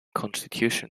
constitution